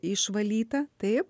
išvalytą taip